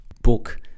book